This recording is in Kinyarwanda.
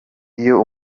iyo